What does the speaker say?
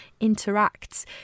interacts